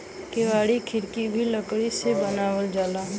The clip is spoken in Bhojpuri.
केवाड़ी खिड़की भी लकड़ी से बनावल जाला